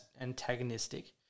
antagonistic